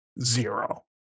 zero